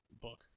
book